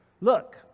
Look